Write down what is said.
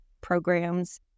programs